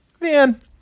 man